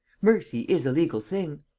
mercy is a legal thing.